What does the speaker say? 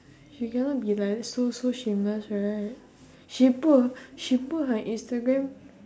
she cannot be like so so shameless right she put h~ she put her instagram